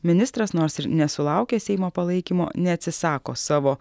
ministras nors ir nesulaukęs seimo palaikymo neatsisako savo